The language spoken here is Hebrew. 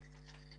בבקשה.